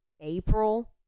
April